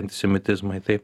antisemitizmai tai